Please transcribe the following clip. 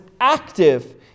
active